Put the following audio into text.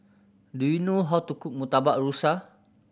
do you know how to cook Murtabak Rusa